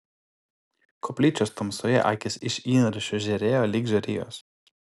koplyčios tamsoje akys iš įniršio žėrėjo lyg žarijos